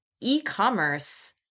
e-commerce